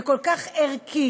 וכל כך ערכית,